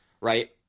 right